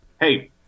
hey